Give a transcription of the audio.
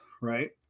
right